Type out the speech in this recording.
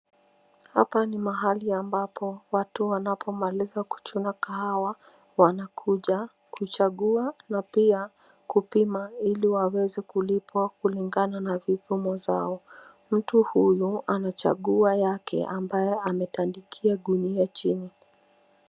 Hapa ni mahali ambapo watu wanapomaliza kuchuna kahawa wanakuja kuchagua na pia kupima ili waweze kulipwa kulingana na vipimo zao. Mtu huyu anachagua yake ambayo ametandikia gunia chini.